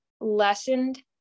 lessened